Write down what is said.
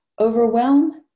Overwhelm